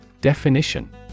Definition